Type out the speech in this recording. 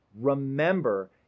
Remember